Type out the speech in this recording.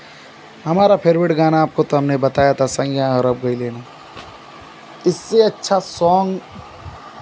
हमारा फेरवेट गाना आपको तो हमने बताया था सैयाँ अरब गइले ना इससे अच्छा सोंग